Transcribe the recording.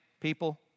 people